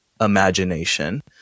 imagination